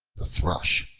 the thrush,